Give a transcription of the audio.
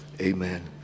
Amen